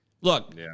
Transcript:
Look